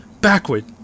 backward